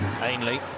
Ainley